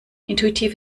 intuitiv